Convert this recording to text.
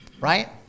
Right